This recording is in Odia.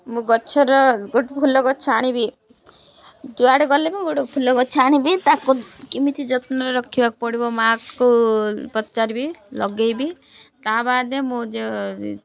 ମୁଁ ଗଛର ଗୋଟେ ଫୁଲ ଗଛ ଆଣିବି ଯୁଆଡ଼େ ଗଲେ ମୁଁ ଗୋଟେ ଫୁଲ ଗଛ ଆଣିବି ତାକୁ କେମିତି ଯତ୍ନରେ ରଖିବାକୁ ପଡ଼ିବ ମାଁକୁ ପଚାରିବି ଲଗେଇବି ତା ବାଦେ ମୁଁ ଯ